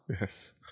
yes